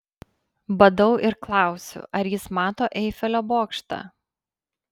badau ir klausiu ar jis mato eifelio bokštą